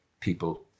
people